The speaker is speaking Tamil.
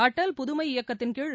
அடல் புதுமை இயக்கத்தின்கீழ்